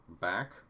back